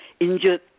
injured